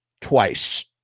twice